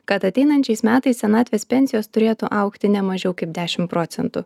kad ateinančiais metais senatvės pensijos turėtų augti ne mažiau kaip dešim procentų